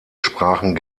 sprachen